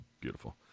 Beautiful